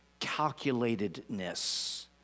calculatedness